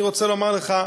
אני רוצה לומר לך,